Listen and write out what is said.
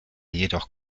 jedoch